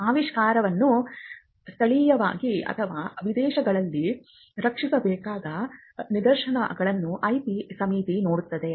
ಆವಿಷ್ಕಾರವನ್ನು ಸ್ಥಳೀಯವಾಗಿ ಅಥವಾ ವಿದೇಶಗಳಲ್ಲಿ ರಕ್ಷಿಸಬೇಕಾದ ನಿದರ್ಶನಗಳನ್ನು IP ಸಮಿತಿ ನೋಡುತ್ತದೆ